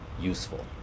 useful